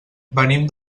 venim